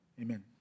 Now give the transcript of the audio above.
Amen